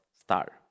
Star